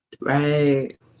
right